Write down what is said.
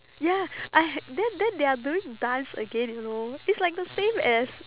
ya I then then they are doing dance again you know it's like the same as